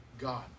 God